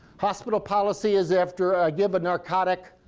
hospital policy is, after i give a narcotic,